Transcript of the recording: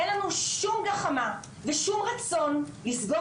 אין לנו שום גחמה ושום רצון לסגור